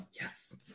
yes